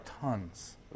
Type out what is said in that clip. tons